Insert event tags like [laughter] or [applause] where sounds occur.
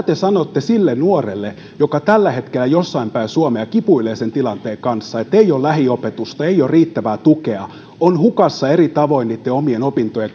[unintelligible] te sanotte sille nuorelle joka tällä hetkellä jossain päin suomea kipuilee sen tilanteen kanssa että ei ole lähiopetusta ei ole riittävää tukea on hukassa eri tavoin niitten omien opintojen [unintelligible]